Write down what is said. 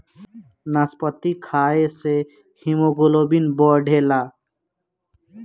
नाशपाती खाए से हिमोग्लोबिन बढ़ेला